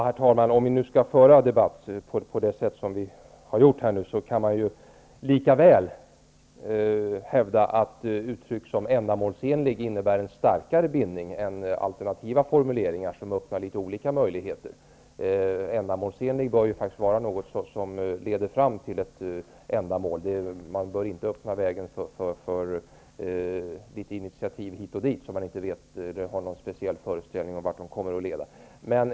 Herr talman! Om vi skall föra en debatt som vi gjort här kan man lika väl hävda att ett uttryck som ''ändamålsenligt'' innebär en starkare bindning än alternativa formuleringar som öppnar olika möjligheter. Ändamålsenligt bör faktisk vara något som leder fram till ett ändamål. Man bör inte öppna vägen för initiativ hit och dit om vilka man inte har någon speciell föreställning om vart de kommer att leda.